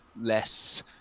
less